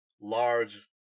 large